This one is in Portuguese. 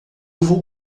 vou